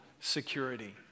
security